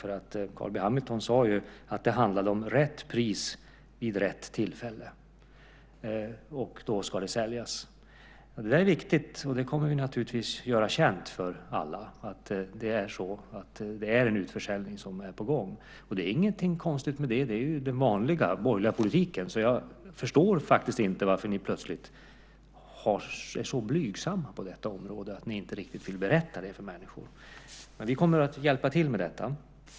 Carl B Hamilton sade ju att det handlade om rätt pris vid rätt tillfälle. Då ska det säljas. Det där är viktigt. Vi ska naturligtvis göra känt för alla att det är en utförsäljning som är på gång. Det är ingenting konstigt med det. Det är ju den vanliga borgerliga politiken, så jag förstår faktiskt inte varför ni plötsligt är så blygsamma på detta område att ni inte riktigt vill berätta det här för människor. Vi kommer att hjälpa till med det.